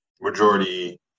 Majority